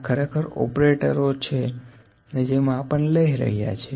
આ ખરેખર ઓપરેટરો છે જે માપન લઇ રહ્યાં છે